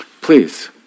please